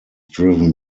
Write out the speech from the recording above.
driven